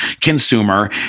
consumer